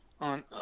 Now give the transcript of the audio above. on